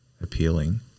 appealing